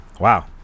wow